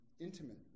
intimate